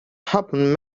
happened